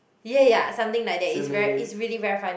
ya ya ya something like that it's very it's really very funny